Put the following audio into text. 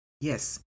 Yes